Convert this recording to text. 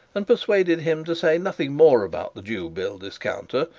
and persuaded him to say nothing more about the jew bill discounter,